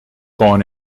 born